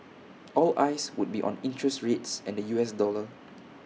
all eyes would be on interest rates and the U S dollar